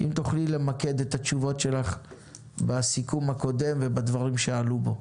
אם תוכלי למקד את התשובות שלך בסיכום הקודם ובדברים שעלו בו.